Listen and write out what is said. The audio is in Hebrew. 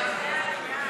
דוח משרד העבודה,